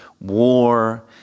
war